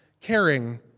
caring